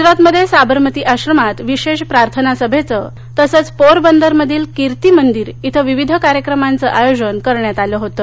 गुजरातमध्ये साबरमती आश्रमात विशेष प्रार्थना सभेचं तसंच पोरबंदरमधील कीर्ती मंदिर इथं विविध कार्यक्रमांचं आयोजन करण्यात आलं होतं